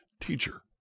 Teacher